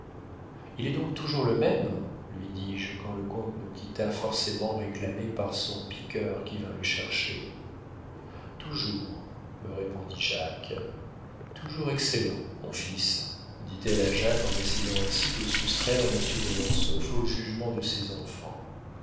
il est donc toujours le même lui dis-je quand le comte nous quitta forcément réclamé par son piqueur qui vint le chercher toujours me répondit jacques toujours excellent mon fils dit-elle à jacques en essayant ainsi de soustraire monsieur de mortsauf au jugement de ses enfants